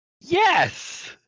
Yes